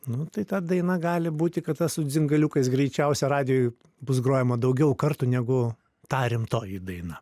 nu tai ta daina gali būti kad ta su dzingaliukais greičiausia radijuj bus grojama daugiau kartų negu ta rimtoji daina